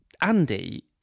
Andy